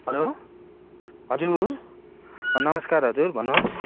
hello हजुर नमस्कार हजुर भन्नुहोस्